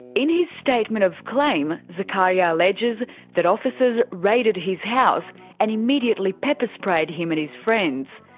in his statement of claim, zacharia alleges that officers raided his house and immediately pepper sprayed him and his friends.